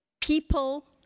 people